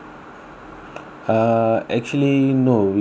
ah actually no we just